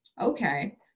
Okay